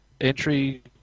entry